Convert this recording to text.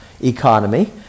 economy